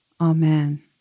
Amen